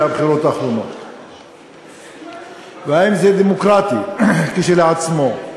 מהבחירות האחרונות ואם זה דמוקרטי כשלעצמו.